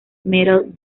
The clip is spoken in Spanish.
metal